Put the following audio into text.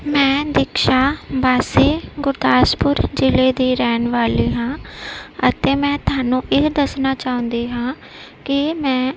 ਮੈਂ ਦੀਕਸ਼ਾ ਵਾਸੀ ਗੁਰਦਾਸਪੁਰ ਜ਼ਿਲ੍ਹੇ ਦੀ ਰਹਿਣ ਵਾਲੀ ਹਾਂ ਅਤੇ ਮੈਂ ਤੁਹਾਨੂੰ ਇਹ ਦੱਸਣਾ ਚਾਹੁੰਦੀ ਹਾਂ ਕਿ ਮੈਂ